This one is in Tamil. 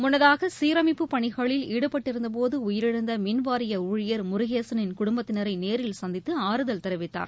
முன்னதாக சீரமைப்புப் பணிகளில் ஈடுபட்டிருந்தபோதஉயிரிழந்தமின்வாரியஊழியர் முருகேசனின் குடும்பத்தினரைநேரில் சந்தித்துஆறுதல் தெரிவித்தார்